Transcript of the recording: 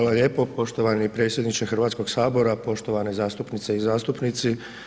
lijepo poštovani predsjedniče HS-a, poštovani zastupnice i zastupnici.